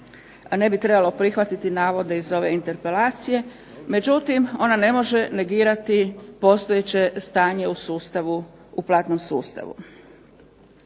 ne bi trebalo prihvatiti navode iz ove interpelacije. Međutim, ona ne može negirati postojeće stanje u platnom sustavu.